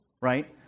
Right